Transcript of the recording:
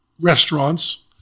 restaurants